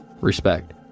Respect